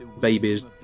babies